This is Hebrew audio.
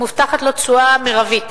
מובטחת לו תשואה מרבית.